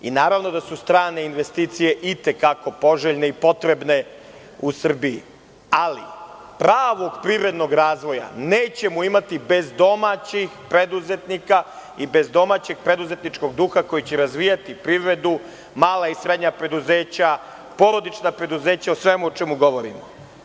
Naravno da su strane investicije i te kako poželjne i potrebne u Srbiji, ali pravog privrednog razvoja nećemo imati bez domaćih preduzetnika i bez domaćeg preduzetničkog duha koji će razvijati privredu, mala i srednja preduzeća, porodična preduzeća, o svemu o čemu govorimo.